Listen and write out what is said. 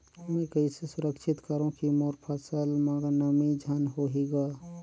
मैं कइसे सुरक्षित करो की मोर फसल म नमी झन होही ग?